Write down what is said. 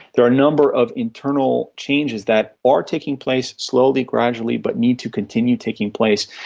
there are a number of internal changes that are taking place slowly, gradually, but need to continue taking place.